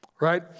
Right